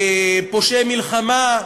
פושעי מלחמה,